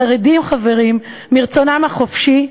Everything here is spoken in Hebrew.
החרדים", חברים, "מרצונם החופשי,